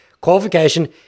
Qualification